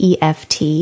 EFT